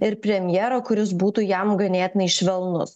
ir premjero kuris būtų jam ganėtinai švelnus